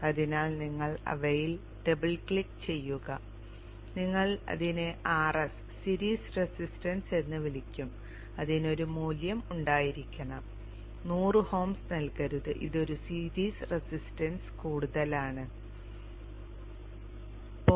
അതിനാൽ നിങ്ങൾ അവയിൽ ഡബിൾ ക്ലിക്ക് ചെയ്യുക ഞങ്ങൾ ഇതിനെ Rs സീരീസ് റെസിസ്റ്റൻസ് എന്ന് വിളിക്കും അതിന് ഒരു മൂല്യം ഉണ്ടായിരിക്കണം 100 ohms നൽകരുത് ഇത് ഒരു സീരീസ് റെസിസ്റ്റൻസ് കൂടുതലാണ് 0